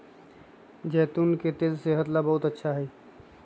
जैतून के तेल सेहत ला बहुत अच्छा हई